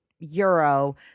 Euro